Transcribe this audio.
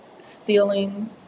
stealing